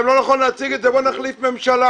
לא נכון להציג את זה "בואו נחליף ממשלה".